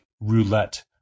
Roulette